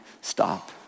stop